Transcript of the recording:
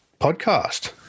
podcast